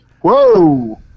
Whoa